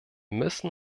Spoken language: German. müssen